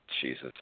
Jesus